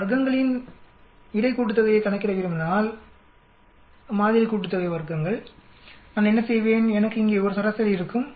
நான் வர்க்கங்களின் இடை கூட்டுத்தொகையை கணக்கிட விரும்பினால் வர்க்கங்களின் மாதிரி கூட்டுத்தொகையை நான் என்ன செய்வேன் எனக்கு இங்கே ஒரு சராசரி இருக்கும்